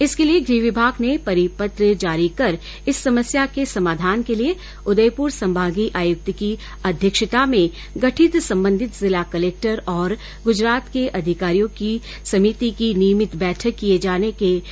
इसके लिए गृह विभाग ने परिपत्र जारी कर इस समस्या के समाधान के लिए उदयपुर संभागीय आयुक्त की अध्यक्षता में गठित संबंधित जिला कलक्टर और गुजरात के अधिकारियों की समिति की नियमित बैठक किए जाने के निर्देश दिए हैं